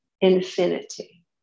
infinity